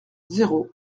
zéro